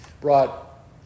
brought